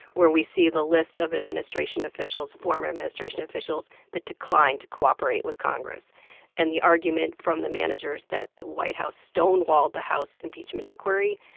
where we see the list of administration officials former administration officials that declined to cooperate with congress and the argument from the managers that the white house stonewalled the house impeachment inquiry,